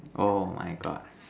oh my God